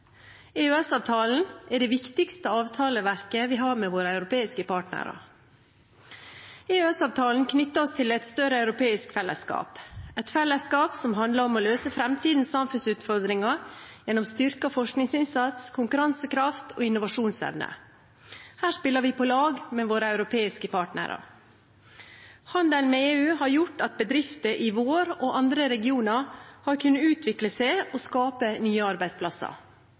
EØS-avtalen er det viktigste avtaleverket vi har med våre europeiske partnere. EØS-avtalen knytter oss til et større europeisk fellesskap, et fellesskap som handler om å løse framtidens samfunnsutfordringer gjennom styrket forskningsinnsats, konkurransekraft og innovasjonsevne. Her spiller vi på lag med våre europeiske partnere. Handelen med EU har gjort at bedrifter i vår og andre regioner har kunnet utvikle seg og skape nye arbeidsplasser.